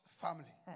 family